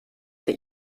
that